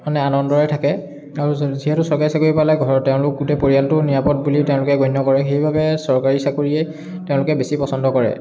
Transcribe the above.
মানে আনন্দৰে থাকে আৰু যিহেতু চৰকাৰী চাকৰি পালে ঘৰত তেওঁলোক গোটেই পৰিয়ালটোও নিৰাপদ বুলি তেওঁলোকে গণ্য কৰে সেইবাবে চৰকাৰী চাকৰিয়ে তেওঁলোকে বেছি পচন্দ কৰে